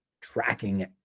tracking